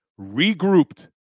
regrouped